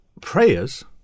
prayers